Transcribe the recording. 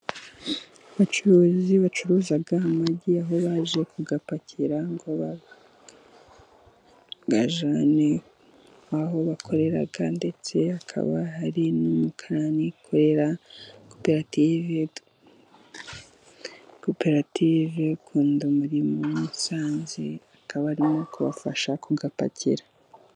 Abacuruzi bacuruza amagi aho baje kuyapakira ngo bayajyane aho bakorera ndetse hakaba hari n'umukarani ukorera koperative "Kunda umurimo" y'i Musanze akaba arimo kubafasha kuyapakira.